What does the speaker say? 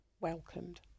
welcomed